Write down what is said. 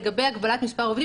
לגבי הגבלת מספר עובדים,